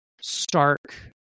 stark